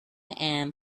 and